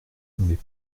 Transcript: mais